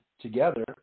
together